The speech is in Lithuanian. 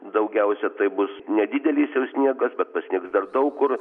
daugiausia tai bus nedidelis jau sniegas bet pasnigs dar daug kur